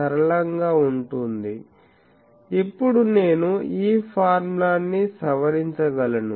సరళంగా ఉంటుంది ఇప్పుడు నేను ఈ ఫార్ములాని సవరించగలను